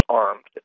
armed